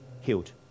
Healed